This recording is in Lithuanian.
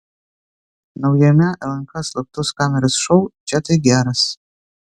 naujame lnk slaptos kameros šou čia tai geras